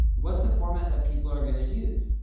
what's a format that people are going to use.